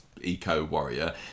eco-warrior